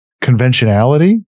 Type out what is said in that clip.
conventionality